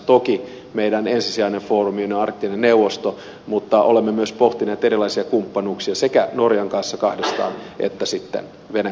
toki meidän ensisijainen foorumimme on arktinen neuvosto mutta olemme myös pohtineet erilaisia kumppanuuksia sekä norjan kanssa kahdestaan että sitten venäjän kanssa kahdestaan